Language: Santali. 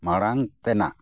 ᱢᱟᱲᱟᱝ ᱛᱮᱱᱟᱜ